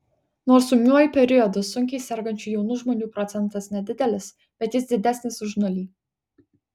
nors ūmiuoju periodu sunkiai sergančių jaunų žmonių procentas nedidelis bet jis didesnis už nulį